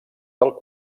del